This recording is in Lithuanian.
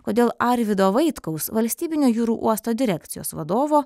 kodėl arvydo vaitkaus valstybinio jūrų uosto direkcijos vadovo